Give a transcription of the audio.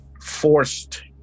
forced